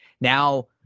now